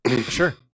Sure